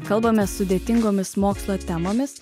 kalbamės sudėtingomis mokslo temomis